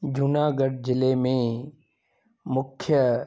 जूनागढ़ ज़िले में मुख्यु